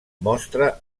mostra